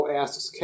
asks